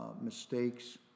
mistakes